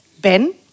Ben